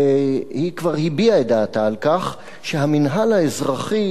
והיא כבר הביעה את דעתה על כך שהמינהל האזרחי